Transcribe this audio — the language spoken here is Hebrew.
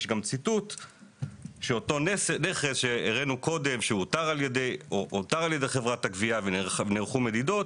ויש גם ציטוט שאותו נכס שאותר על ידי חברת הגבייה ונערכו מדידות